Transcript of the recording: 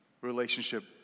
relationship